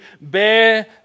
bear